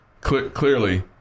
clearly